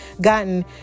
gotten